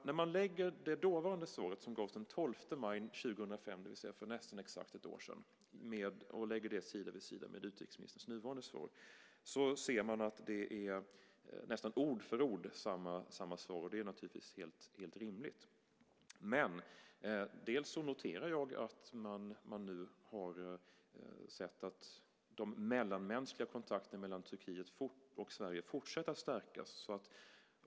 När man lägger det dåvarande svaret, som gavs den 12 maj 2005, det vill säga för nästan exakt ett år sedan, sida vid sida med nuvarande utrikesministerns svar ser man att det nästan ord för ord är samma svar. Det är naturligtvis helt rimligt. Men jag noterar att man nu har sett att de mellanmänskliga kontakterna mellan Turkiet och Sverige fortsätter att stärkas.